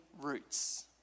roots